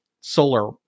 solar